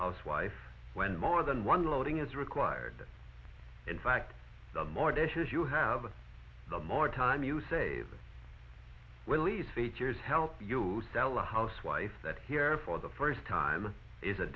housewife when more than one loading is required in fact the more dishes you have the more time you save willie's features help you sell a housewife that here for the first time is a